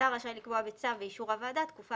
השר רשאי לקבוע בצו באישור הוועדה תקופה